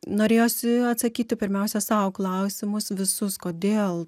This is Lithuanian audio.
norėjosi atsakyti pirmiausia sau į klausimus visus kodėl